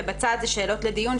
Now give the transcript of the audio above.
ובצד אלה שאלות לדיון,